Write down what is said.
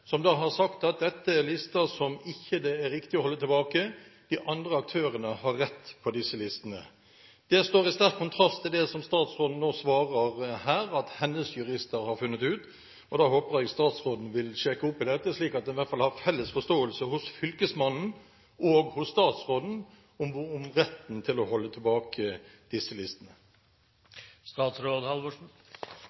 som da har sagt at dette er lister som det ikke er riktig å holde tilbake. De andre aktørene har rett til disse listene. Det står i sterk kontrast til det som statsråden nå svarer – at hennes jurister har funnet det ut. Jeg håper at statsråden vil sjekke opp dette, slik at man i hvert fall har felles forståelse hos Fylkesmannen og hos statsråden om retten til å holde tilbake disse listene.